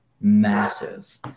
massive